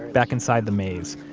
back inside the maze,